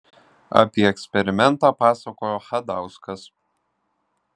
apie eksperimentą pasakojo chadauskas